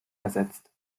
ersetzt